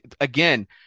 again